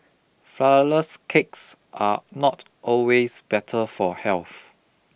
flourless cakes are not always better for health